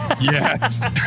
yes